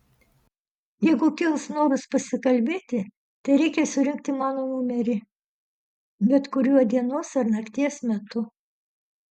jeigu kils noras pasikalbėti tereikia surinkti mano numerį bet kuriuo dienos ar nakties metu